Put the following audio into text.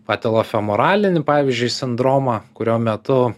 patelofemoralinį pavyzdžiui sindromą kurio metu